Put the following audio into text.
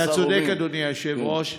אתה צודק, אדוני היושב-ראש.